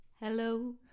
Hello